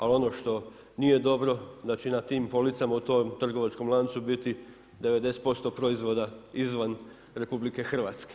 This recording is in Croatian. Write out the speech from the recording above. Ali ono što nije dobro da će nam tim policama u tom trgovačkom lancu biti 90% proizvoda izvan RH.